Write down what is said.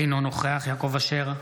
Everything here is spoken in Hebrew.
אינו נוכח יעקב אשר,